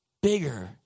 Bigger